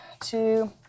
two